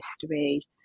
history